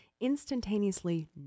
instantaneously